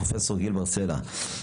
פרופסור גיל בר סלע,